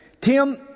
Tim